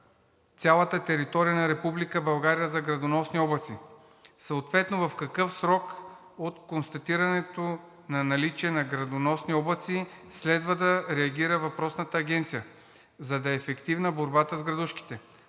цялата територия на Република България за градоносни облаци? Съответно в какъв срок от констатирано наличие на градоносни облаци следва да реагира въпросната агенция, за да е ефективна борбата с градушките?